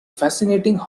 fascinating